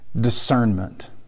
Discernment